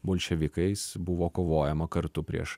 bolševikais buvo kovojama kartu prieš